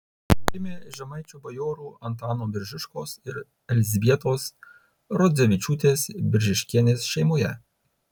gimė žemaičių bajorų antano biržiškos ir elzbietos rodzevičiūtės biržiškienės šeimoje